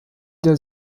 der